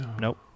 Nope